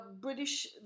British